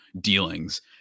dealings